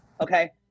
Okay